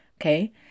Okay